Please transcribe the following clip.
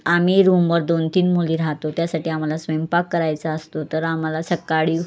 आम्ही रूमवर दोन तीन मुली राहतो त्यासाठी आम्हाला स्वयंपाक करायचा असतो तर आम्हाला सकाळी